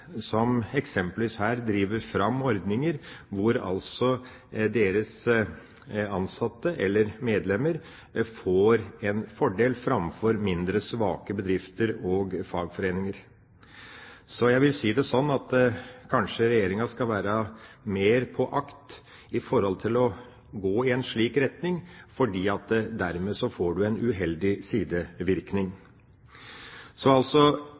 som eksempelvis her driver fram ordninger hvor deres ansatte eller medlemmer får en fordel framfor ansatte i mindre, svake bedrifter og fagforeninger. Jeg vil si det sånn at Regjeringa kanskje skal være mer på vakt mot å gå i en slik retning fordi man dermed får en uheldig sidevirkning.